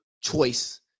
choice